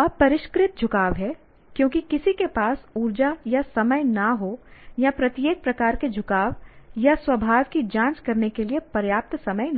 अपरिष्कृत झुकाव है क्योंकि किसी के पास ऊर्जा या समय ना हो या प्रत्येक प्रकार के झुकाव या स्वभाव की जांच करने के लिए पर्याप्त समय ना हो